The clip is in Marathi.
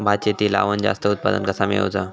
भात शेती लावण जास्त उत्पन्न कसा मेळवचा?